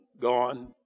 gone